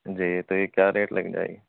جی تو یہ کیا ریٹ لگ جائے گی